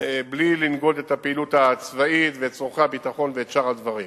בלי לנגוד את הפעילות הצבאית ואת צורכי הביטחון ואת שאר הדברים.